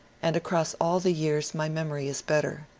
and across all the years my memory is better.